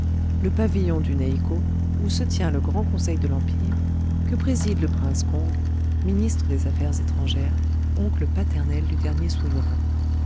le pavillon du nei ko où se tient le grand conseil de l'empire que préside le prince kong ministre des affaires étrangères oncle paternel du dernier souverain